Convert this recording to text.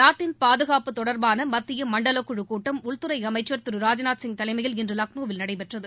நாட்டின் பாதுகாப்பு தொடர்பான மத்திய மண்டல குழுக் கூட்டம் உள்துறை அமைச்சர் திரு ராஜ்நாத் சிங் தலைமையில் இன்று லக்னோவில் நடைபெற்றது